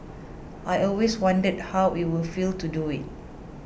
I always wondered how it would feel to do it